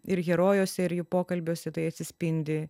ir herojose ir jų pokalbiuose tai atsispindi